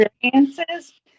experiences